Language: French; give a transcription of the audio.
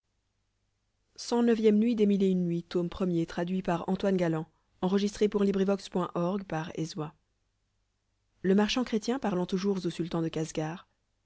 le marchand chrétien au sultan de casgar